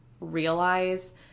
realize